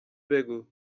بگو